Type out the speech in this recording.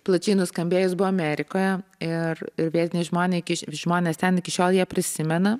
plačiai nuskambėjus buvo amerikoje ir ir vietiniai žmonei iki š žmonės ten iki šiol ją prisimena